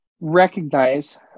recognize